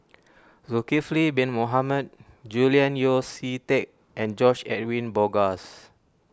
Zulkifli Bin Mohamed Julian Yeo See Teck and George Edwin Bogaars